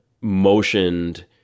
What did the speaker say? motioned